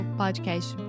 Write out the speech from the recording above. podcast